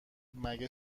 مگه